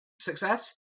success